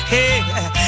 Hey